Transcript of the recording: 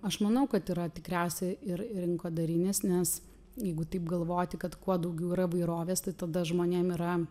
aš manau kad yra tikriausiai ir rinkodarinis nes jeigu taip galvoti kad kuo daugiau įvairovės tai tada žmonėm yra